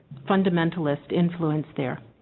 fundamentalist influence there